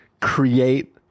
create